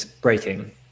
breaking